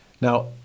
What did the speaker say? Now